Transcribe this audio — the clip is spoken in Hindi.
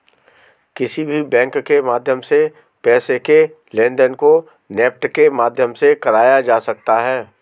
किसी भी बैंक के माध्यम से पैसे के लेनदेन को नेफ्ट के माध्यम से कराया जा सकता है